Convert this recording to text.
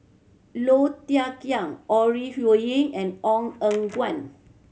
Low Thia Khiang Ore Huiying and Ong Eng Guan